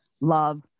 love